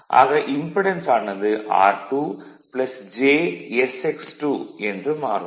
ஆக இம்படென்ஸ் ஆனது r2 j sx2 என்று மாறும்